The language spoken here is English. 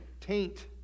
taint